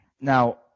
Now